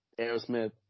Aerosmith